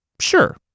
sure